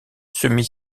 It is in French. semi